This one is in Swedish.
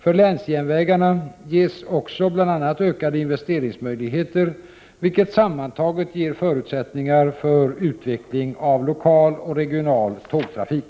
För länsjärnvägarna ges också bl.a. ökade investeringsmöjligheter, vilket sammantaget ger förutsättningar för utveckling av lokal och regional tågtrafik.